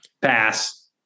Pass